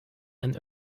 ein